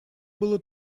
было